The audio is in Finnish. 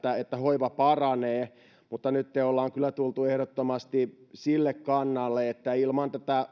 että hoiva paranee mutta nytten ollaan kyllä tultu ehdottomasti sille kannalle että ilman